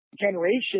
generation